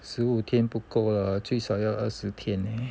十五天不够啦最少要二十天 leh